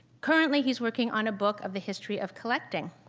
currently, he's working on a book of the history of collecting.